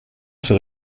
zur